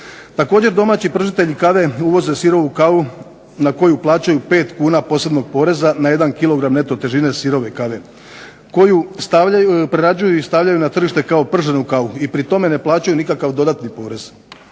Također domaći pržitelji kave uvoze sirovu kavu na koju plaćaju 5 kn posebnog poreza na 1kg neto težine sirove kave koju prerađuju i stavljaju na tržište kao prženu kavu i pri tome ne plaćaju nikakav dodatni porez.